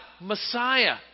Messiah